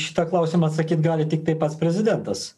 šitą klausimą atsakyt gali tiktai pats prezidentas